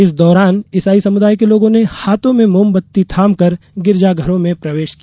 इस दौरान ईसाई समुदाय के लोगों ने हाथों में मोमबत्ती थामकर गिरजाघरों में प्रवेश किया